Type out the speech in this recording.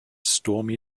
stormy